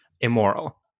immoral